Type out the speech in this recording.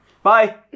Bye